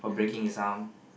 mm